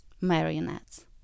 marionettes